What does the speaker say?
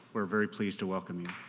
we're very pleased to welcome you.